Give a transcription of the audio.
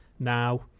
Now